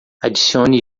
adicione